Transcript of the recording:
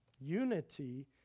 Unity